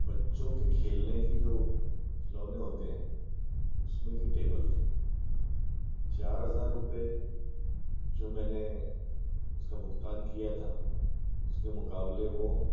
बच्चों के खेलने के जो खिलौने होते हैं उसमें की टेबल थी चार हज़ार रुपये जो मैंने उसका भुगतान किया था उस मुकाबले वह